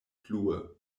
plue